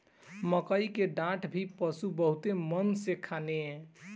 मकई के डाठ भी पशु बहुते मन से खाने